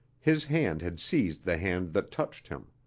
his hand had seized the hand that touched him.